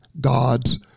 God's